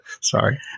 Sorry